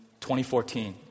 2014